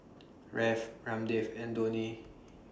Dev Ramdev and Dhoni